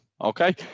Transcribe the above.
Okay